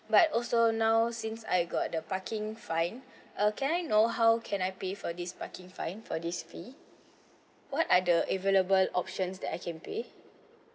but also now since I got the parking fine uh can I know how can I pay for these parking fine for this fee what are the available options that I can pay